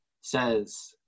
says